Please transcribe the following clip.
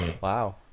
Wow